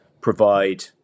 provide